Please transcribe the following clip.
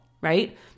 right